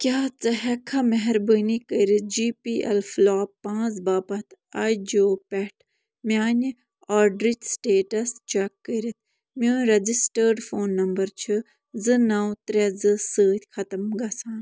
کیٛاہ ژٕ ہٮ۪ککھا مہربٲنی کٔرِتھ جی پی اٮ۪ل فٕلاپ پانٛژھ باپتھ آیجِیو پؠٹھ میٛانہِ آرڈرٕچ سٕٹیٹَس چَک کٔرِتھ میون رَجِسٹٲڈ فون نمبر چھِ زٕ نَو ترٛےٚ زٕ سۭتۍ ختم گژھان